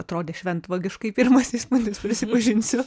atrodė šventvagiškai pirmas įspūdis prisipažinsiu